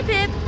Pip